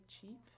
cheap